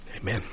Amen